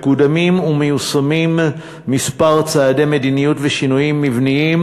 מקודמים ומיושמים מספר צעדי מדיניות ושינויים מבניים"